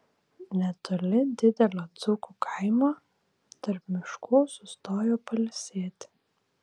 netoli didelio dzūkų kaimo tarp miškų sustojo pailsėti